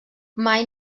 mai